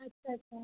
अच्छा अच्छा